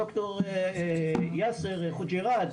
ד"ר יאסר חוג'יראת,